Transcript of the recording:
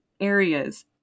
areas